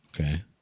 Okay